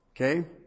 Okay